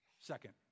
Second